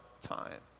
time